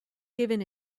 given